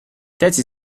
thirty